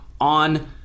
on